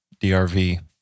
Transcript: DRV